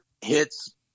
hits